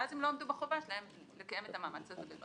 ואז הם לא עמדו בחובה שלהם לקיים את המאמץ הזה.